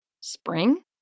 Spring